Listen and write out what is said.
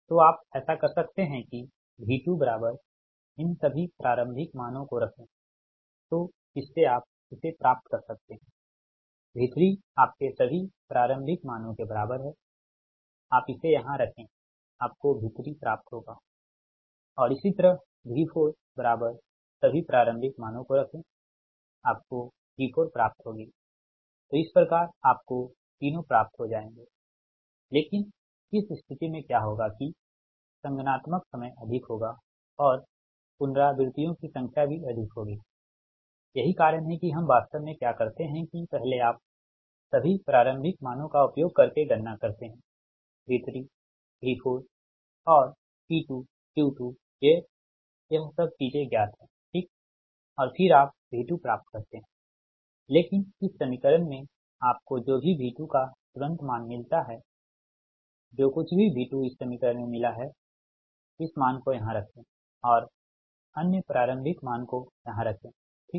तो आप ऐसा कर सकते है कि V2 बराबर इन सभी प्रारंभिक मानों को रखें तो जिससे आप इसे प्राप्त कर सकते हैं V3 आपके सभी प्रारंभिक मानों के बराबर है आप इसे यहाँ रखे आपको V3 प्राप्त होगा और इसी तरह V4 बराबर सभी प्रारंभिक मानों को रखें आपको V4 प्राप्त होगी तो इस प्रकार आपको तीनों प्राप्त हो जाएंगे लेकिन इस स्थिति में क्या होगा कि संगनात्मक समय अधिक होगा और पुनरावृत्तियों की संख्या भी अधिक होगी यही कारण है कि हम वास्तव में क्या करते हैं कि पहले आप सभी प्रारंभिक मानों का उपयोग करके गणना करते हैं V3 V4 और P2 Q2 यह सब चीजें ज्ञात है ठीक और फिर आप V2 प्राप्त करते हैंलेकिन इस समीकरण में आपको जो भी V2 का तुरंत मान मिलता है जो कुछ भी V2 इस समीकरण में मिला हैइस मान को यहाँ रखें और अन्य प्रारंभिक मान को यहाँ रखें ठीक